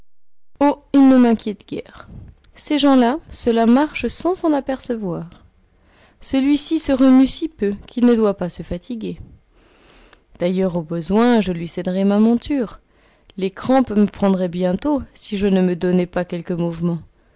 il ne m'inquiète guère ces gens-là cela marche sans s'en apercevoir celui-ci se remue si peu qu'il ne doit pas se fatiguer d'ailleurs au besoin je lui céderai ma monture les crampes me prendraient bientôt si je ne me donnais pas quelque mouvement